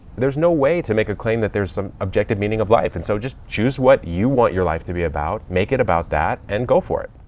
there's no way to make a claim that there's some objective meaning of life. and so just choose what you want your life to be about, make it about that and go for it.